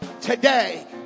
today